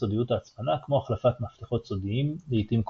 סודיות ההצפנה כמו החלפת מפתחות סודיים לעיתים קרובות.